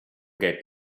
get